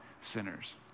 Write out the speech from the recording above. sinners